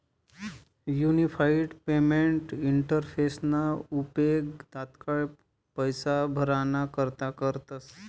unified payment इंटरफेसना उपेग तात्काय पैसा भराणा करता करतस